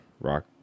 rock